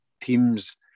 team's